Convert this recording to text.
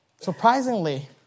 surprisingly